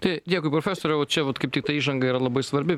tai dėkui profesoriau čia vat kaip tik ta įžanga yra labai svarbi